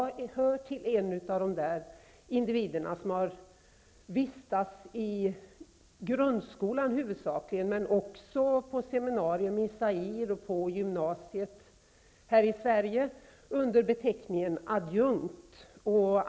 Jag hör till de individer som vistats huvudsakligen i grundskolan men också på ett seminarium i Zaire och på gymnasiet här i Sverige under beteckningen adjunkt.